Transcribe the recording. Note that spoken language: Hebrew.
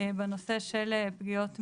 בנושא של פגיעות מיניות.